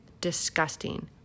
disgusting